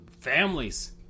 families